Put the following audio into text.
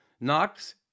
Knox